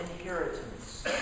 inheritance